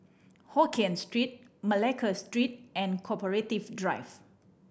Hokien Street Malacca Street and Corporative Drive